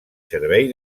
servei